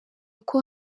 uko